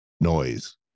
noise